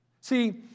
See